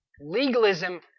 Legalism